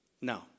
No